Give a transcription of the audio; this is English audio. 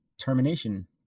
termination